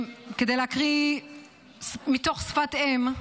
כדי להקריא מתוך שפת אם,